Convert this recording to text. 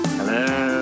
Hello